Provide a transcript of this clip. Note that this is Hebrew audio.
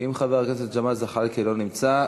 אם חבר הכנסת ג'מאל זחאלקה לא נמצא,